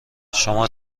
شما